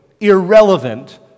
irrelevant